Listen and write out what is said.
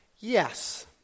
Yes